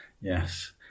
Yes